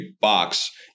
box